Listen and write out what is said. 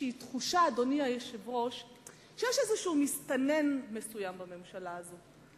תחושה שיש איזה מסתנן מסוים בממשלה הזו,